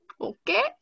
Okay